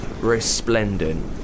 resplendent